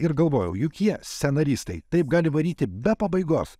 ir galvojau juk jie scenaristai taip gali varyti be pabaigos